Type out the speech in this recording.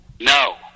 No